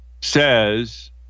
says